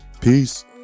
Peace